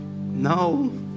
No